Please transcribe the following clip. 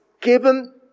given